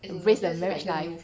embrace your marriage life